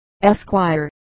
Esquire